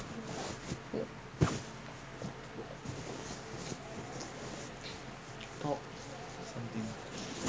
சரிமொதல்லஉன்ஆர்மிலைப்முடிச்சிட்டு:sari mothalla un armmeey lifey mudichittu you want to further your